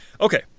Okay